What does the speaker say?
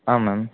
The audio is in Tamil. ஆ மேம்